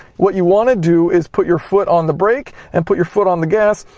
what you want to do is put your foot on the brake, and put your foot on the gas,